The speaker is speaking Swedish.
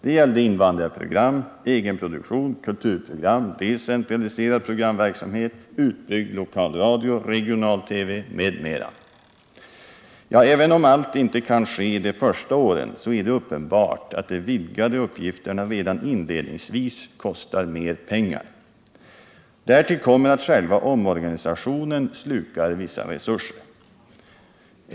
Det gällde invandrarprogram, egen produktion, kulturprogram, decentraliserad programverksamhet, utbyggd lokalradio, regional-TV m.m. Även om allt inte kan ske de första åren, så är det uppenbart att de vidgade uppgifterna redan inledningsvis kostar mer pengar. Därtill kommer att själva omorganisationen slukar vissa resurser.